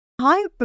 Hi